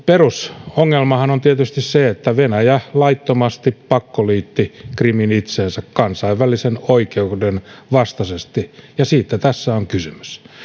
perusongelmahan on tietysti se että venäjä laittomasti pakkoliitti krimin itseensä kansainvälisen oikeuden vastaisesti ja siitä tässä on kysymys